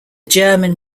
german